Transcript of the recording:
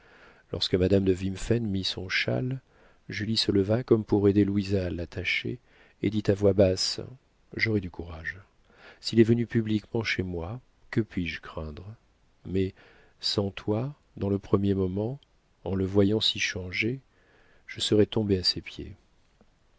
lorsque madame de wimphen mit son châle julie se leva comme pour aider louisa à l'attacher et dit à voix basse j'aurai du courage s'il est venu publiquement chez moi que puis-je craindre mais sans toi dans le premier moment en le voyant si changé je serais tombée à ses pieds